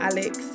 Alex